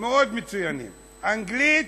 מאוד מצוינים, אנגלית,